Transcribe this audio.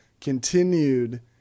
continued